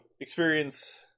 experience